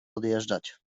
odjeżdżać